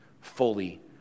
fully